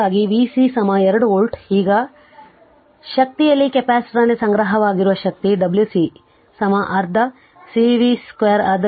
ಅದಕ್ಕಾಗಿಯೇ v C 2 volt ಈಗ ಶಕ್ತಿ ಇಲ್ಲಿ ಕೆಪಾಸಿಟರ್ನಲ್ಲಿ ಸಂಗ್ರಹವಾಗಿರುವ ಶಕ್ತಿ Wc ಅರ್ಧ C v C 2